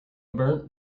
burnt